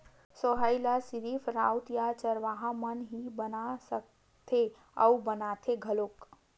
सोहई ल सिरिफ राउत या चरवाहा मन ही बना सकथे अउ बनाथे घलोक